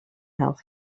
health